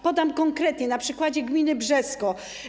Podam konkrety na przykładzie gminy Brzesko.